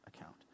account